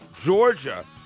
Georgia